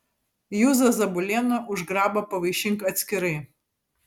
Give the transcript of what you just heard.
juzą zabulėną už grabą pavaišink atskirai